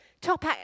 Top